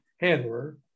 handler